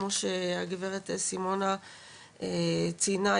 כמו שהגב' סימונה ציינה,